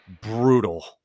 brutal